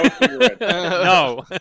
no